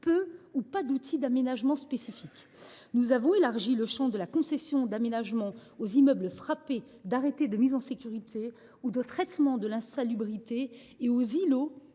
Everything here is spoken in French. peu ou pas d’outils d’aménagement spécifiques. Nous avons ainsi élargi le champ de la concession d’aménagement aux immeubles frappés d’arrêtés de mise en sécurité ou de traitement de l’insalubrité et aux îlots